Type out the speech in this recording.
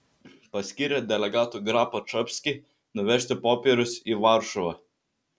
paskyrė delegatu grapą čapskį nuvežti popierius į varšuvą